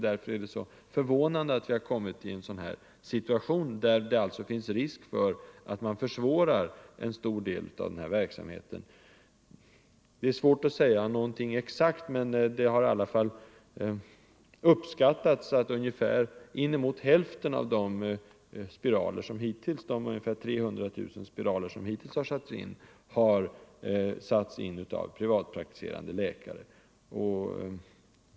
Därför är det förvånande att vi kommit i en situation, där det finns risk för att man försvårar en stor del av denna rådgivningsverksamhet. Det är svårt att säga exakt, men det har uppskattats att inemot hälften av de ca 300 000 spiraler som nu är i bruk, har satts in av privatpraktiserande läkare.